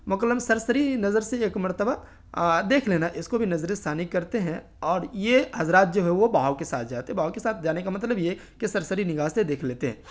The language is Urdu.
مکمل سرسری نظر سے ایک مرتبہ دیکھ لینا اس کو بھی نظر ثانی کرتے ہیں اور یہ حضرات جو ہے وہ بہاؤ کے ساتھ جاتے بہاؤ کے ساتھ جانے کا مطلب یہ کہ سرسری نگاہ سے دیکھ لیتے ہیں